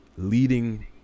Leading